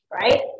Right